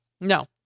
no